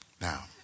Now